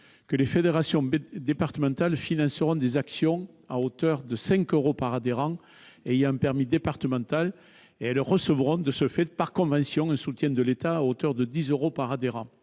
les fédérations départementales financeront des actions à hauteur de 5 euros par adhérent ayant un permis départemental et, de ce fait, recevront par convention un soutien de l'État à hauteur de 10 euros par adhérent